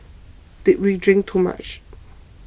did we drink too much